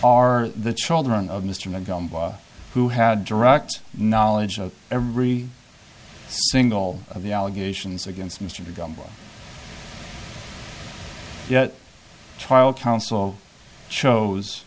are the children of mr mcgowan who had direct knowledge of every single of the allegations against mr gumbel child counsel chose